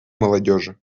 молодежи